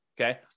okay